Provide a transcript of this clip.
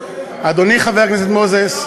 אני לא רוצה להשתמש בכסף המזויף שלהם,